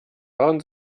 waren